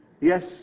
Yes